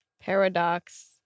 Paradox